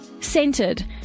centered